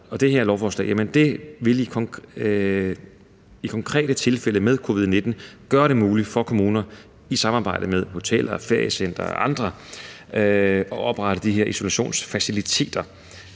det her lovforslag vil i konkrete tilfælde med covid-19 gøre det muligt for kommuner i samarbejde med hoteller, feriecentre og andre at oprette de her isolationsfaciliteter,